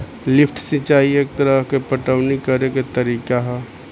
lift सिंचाई एक तरह के पटवनी करेके तरीका ह